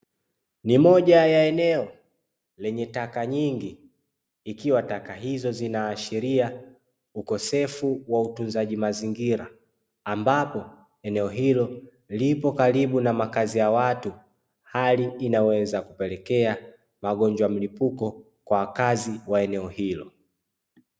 Ni moja ya eneo lenye taka nyingi, ikiwa taka hizo zinaashiria ukosefu wa utunzaji mazingira. Ambapo eneo hilo lipo karibu na makazi ya watu hali inayoweza kupelekea magonjwa ya mlipuko kwa wakazi wa eneo hilo.